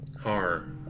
horror